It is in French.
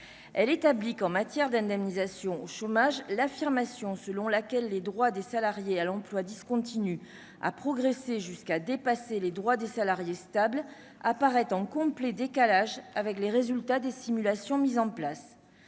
elle établit qu'en matière d'indemnisation au chômage l'affirmation selon laquelle les droits des salariés à l'emploi discontinu a progressé jusqu'à dépasser les droits des salariés stables apparaît en complet décalage avec les résultats des simulations, mise en place,